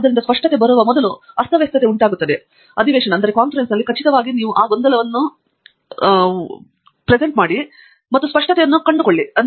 ಆದ್ದರಿಂದ ಸ್ಪಷ್ಟತೆ ಬರುವ ಮೊದಲು ಅಸ್ತವ್ಯಸ್ತತೆ ಉಂಟಾಗುತ್ತದೆ ಅಧಿವೇಶನದಲ್ಲಿ ಖಚಿತವಾಗಿ ನೀವು ಆ ಗೊಂದಲವನ್ನು ಉಳಿಸಿಕೊಳ್ಳಲು ಮತ್ತು ಸ್ಪಷ್ಟತೆಯನ್ನು ಹುಡುಕುವ ಭರವಸೆಯೊಂದಿಗೆ ಅದನ್ನು ಸಮರ್ಥವಾಗಿ ಉಳಿಸಿಕೊಳ್ಳಬೇಕು